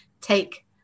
take